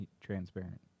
transparent